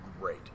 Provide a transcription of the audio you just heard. great